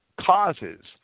causes